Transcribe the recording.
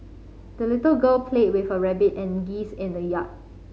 the little girl played with her rabbit and geese in the yard